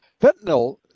fentanyl